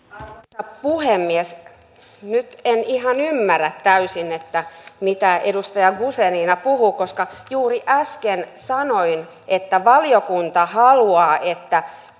arvoisa puhemies nyt en ihan ymmärrä täysin mitä edustaja guzenina puhui koska juuri äsken sanoin että valiokunta haluaa että